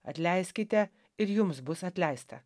atleiskite ir jums bus atleista